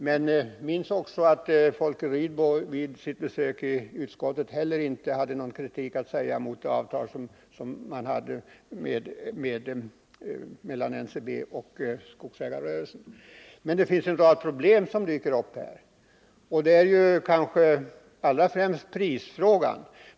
men man skall också minnas att Folke Rydbo vid sitt besök hos utskottet heller inte hade nagon kritik att framföra mot det avtal som NCB och skog Men här dyker en rad problem upp, kanske främst beträffande priserna.